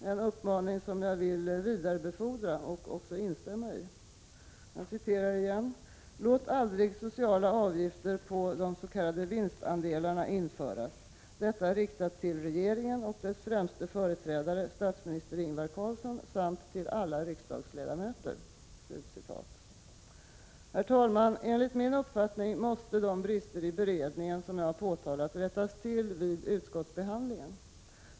Den uppmaningen vill jag vidarebefordra och instämma i: ”Låt aldrig sociala avgifter på de s.k. vinstandelarna införas — detta riktat till regeringen och dess främste företrädare statsminister Ingvar Carlsson samt till alla riksdagsledamöter.” Herr talman! Enligt min uppfattning måste de brister i beredningen som jag har påtalat rättas till vid utskottsbehandlingen.